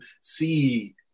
see